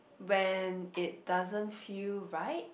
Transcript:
when it doesn't feel right